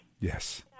Yes